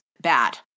bad